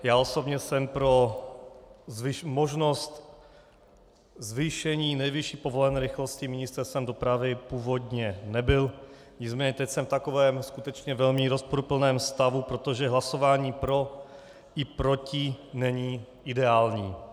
Já osobně jsem pro možnost zvýšení nejvyšší povolené rychlosti Ministerstvem dopravy původně nebyl, nicméně teď jsem v takovém skutečně velmi rozporuplném stavu, protože hlasování pro i proti není ideální.